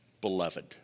beloved